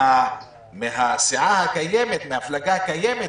מהמפלגה הקיימת,